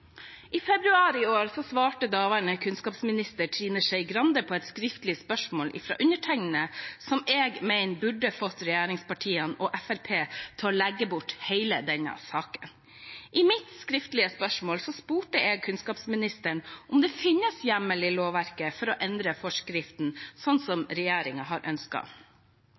i distriktene. I februar i år svarte daværende kunnskapsminister Trine Skei Grande på et skriftlig spørsmål fra undertegnede, som jeg mener burde fått regjeringspartiene og Fremskrittspartiet til å legge bort hele denne saken. I mitt skriftlige spørsmål spurte jeg kunnskapsministeren om det finnes hjemmel i lovverket for å endre forskriften, slik regjeringen har